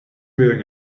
wearing